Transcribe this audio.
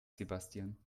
sebastian